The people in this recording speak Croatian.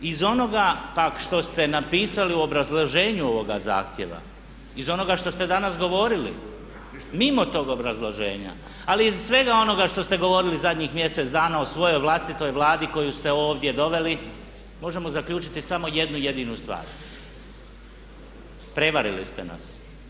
Iz onoga pak što ste napisali u obrazloženju ovoga zahtjeva, iz onoga što ste danas govorili mimo tog obrazloženja ali i iz svega onoga što ste govorili zadnjih mjesec dana o svojoj vlastitoj Vladi koju ste ovdje doveli možemo zaključiti samo jednu jedinu stvar prevarili ste nas.